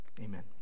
amen